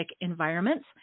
environments